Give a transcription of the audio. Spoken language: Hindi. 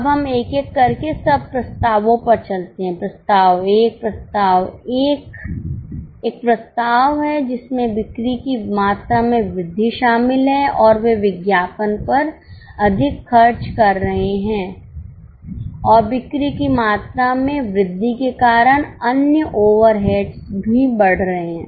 अब हम एक एक करके सब प्रस्तावों पर चलते हैं प्रस्ताव 1 प्रस्ताव 1 एक प्रस्ताव है जिसमें बिक्री की मात्रा में वृद्धि शामिल है और वे विज्ञापन पर अधिक खर्च कर रहे हैं और बिक्री की मात्रा में वृद्धि के कारण अन्य ओवरहेड्स भी बढ़ रहे हैं